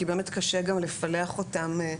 כי באמת קשה גם לפלח אותם,